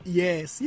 yes